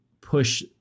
push